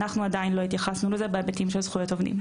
אנחנו עדיין לא התייחסנו לזה בהיבטים של זכויות עובדים.